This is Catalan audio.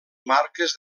marques